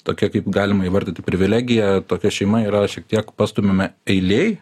tokia kaip galima įvardyti privilegija tokia šeima yra šiek tiek pastumiame eilėj